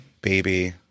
Baby